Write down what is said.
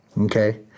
Okay